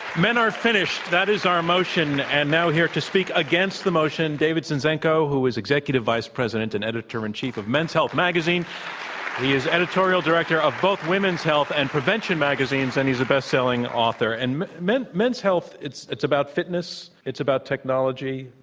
men are finished, that is our motion and now here to speak against the motion, david zinczenko, who is executive vice president and editor in chief of men's health magazine. he is editorial director of both women's health and prevention magazine and he's a bestselling author. and men's health it's it's about fitness, it's about technology,